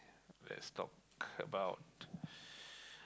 let's talk about